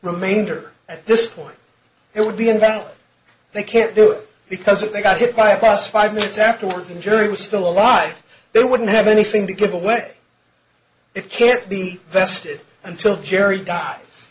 remainder at this point it would be invalid they can't do it because if they got hit by a past five minutes afterwards injury was still alive they wouldn't have anything to give away it can't be tested until jerry dies